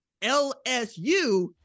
LSU